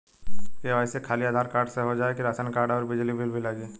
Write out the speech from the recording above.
KYC खाली Aadhaar card से हो जाए कि राशन कार्ड अउर बिजली बिल भी लगी?